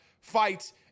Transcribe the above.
fights